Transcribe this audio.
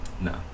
No